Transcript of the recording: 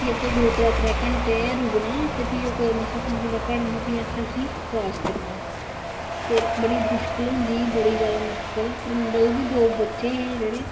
फ्ही असें दो त्रै घंटे रुकना ते फिर ओह् कुतै मसां थोह्ड़ा थोह्ड़ा घटना फ्ही असें उसी क्रास करना ते बड़ी मुश्कल होंदी ही बड़ी ज्यादा मुश्किल परमंडल बी दो बच्चे है जेहडे़